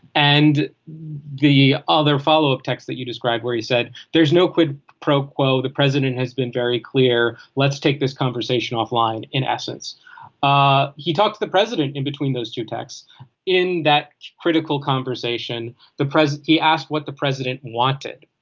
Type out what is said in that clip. and the other follow up text that you described where he said there's no quid pro quo the president has been very clear. let's take this conversation off line in essence ah he talked to the president in between those two texts in that critical conversation the president he asked what the president wanted.